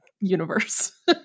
universe